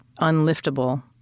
unliftable